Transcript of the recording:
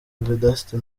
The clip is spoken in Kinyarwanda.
vedaste